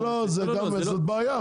זאת בעיה.